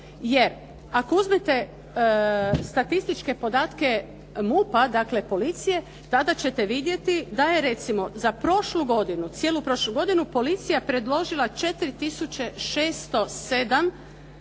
jer ako uzmete statističke podatke MUP-a, dakle policije tada ćete vidjeti da je recimo za prošlu godinu, cijelu prošlu godinu, policija predložila 4607